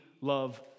love